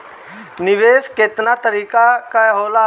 निवेस केतना तरीका के होला?